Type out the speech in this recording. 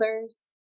others